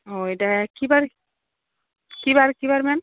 ও এটা কি বার কি বার কি বার ম্যাম